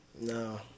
No